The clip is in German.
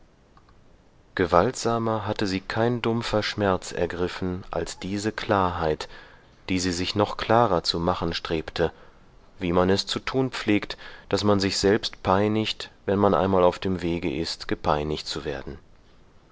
gewaltsamer hatte sie kein dumpfer schmerz ergriffen als diese klarheit die sie sich noch klarer zu machen strebte wie man es zu tun pflegt daß man sich selbst peinigt wenn man einmal auf dem wege ist gepeinigt zu werden